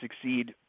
succeed